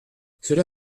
cela